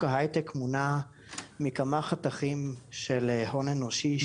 ההיי-טק מונע מכמה חתכים של הון אנושי.